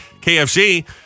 KFC